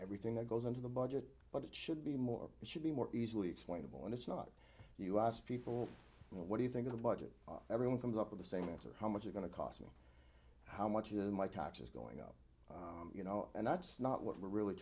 everything that goes into the budget but it should be more it should be more easily explainable and it's not you ask people what do you think of the budget everyone comes up with the same answer how much are going to cost me how much is my taxes going you know and that's not what